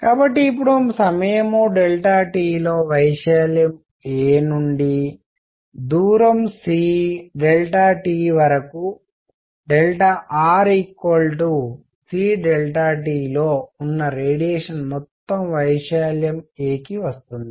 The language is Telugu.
కాబట్టి ఇప్పుడు సమయం t లో వైశాల్యం a నుండి దూరం c tవరకు r ct లో ఉన్న రేడియేషన్ మొత్తం వైశాల్యం a కి వస్తుంది